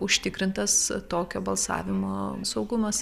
užtikrintas tokio balsavimo saugumas